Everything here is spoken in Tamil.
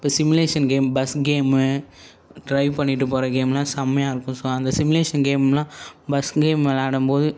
இப்போ simulation game bus game drive பண்ணிட்டு போகிற கேம்லாம் செமையாக இருக்கும் ஸோ அந்த சிமுலேஷன் கேமெலா பஸ் கேம் விளையாடும்போது